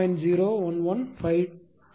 0115228 j0